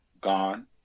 gone